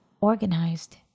organized